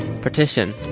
Partition